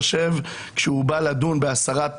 המשפט כבר היום מסתכלים על הסוגיה,